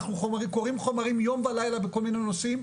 אנחנו קוראים חומרים יום ולילה בכל מיני נושאים.